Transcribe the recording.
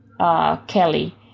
Kelly